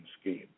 scheme